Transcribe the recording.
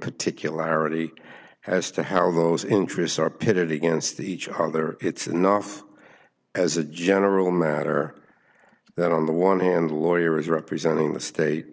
particular arity as to how those interests are pitted against each other it's enough as a general matter that on the one hand a lawyer is representing the state